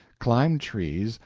climbed trees,